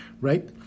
right